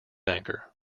anchor